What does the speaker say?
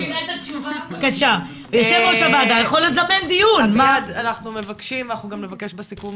אנחנו מבקשים ואנחנו נבקש גם בסיכום